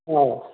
ꯑꯧ